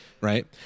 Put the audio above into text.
Right